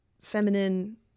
feminine